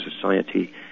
society